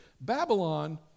Babylon